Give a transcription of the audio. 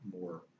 more